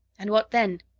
and what then?